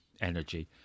energy